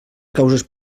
causes